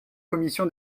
commission